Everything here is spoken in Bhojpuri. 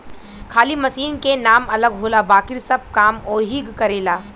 खाली मशीन के नाम अलग होला बाकिर सब काम ओहीग करेला